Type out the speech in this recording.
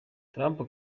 trump